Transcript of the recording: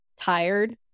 tired